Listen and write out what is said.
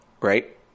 right